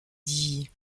dit